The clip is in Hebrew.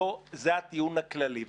זה הטיעון הכללי.